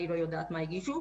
אני לא יודע תמה הגישו,